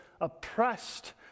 oppressed